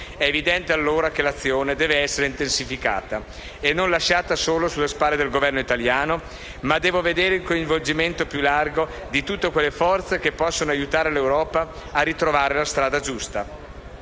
È evidente allora che l'azione deve essere intensificata e non lasciata solo sulle spalle del Governo italiano, ma deve vedere un coinvolgimento più largo di tutte quelle forze che possono aiutare l'Europa a ritrovare la strada giusta,